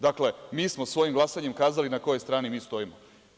Dakle, mi smo svojim glasanjem kazali na kojoj strani mi stojimo.